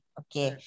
okay